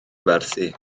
werthu